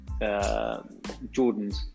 Jordans